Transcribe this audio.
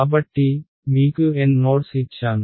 కాబట్టి మీకు N nodes ఇచ్చాను